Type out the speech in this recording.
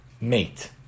mate